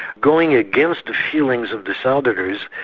going against the feelings of the southerners,